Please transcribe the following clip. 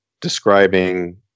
describing